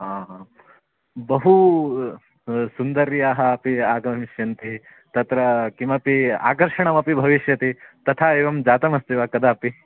आ हा बहुसुन्दर्यः अपि आगमिष्यन्ति तत्र किमपि आकर्षणमपि भविष्यति तथा एवं जातमस्ति वा कदापि